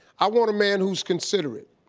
i want a man who's considerate.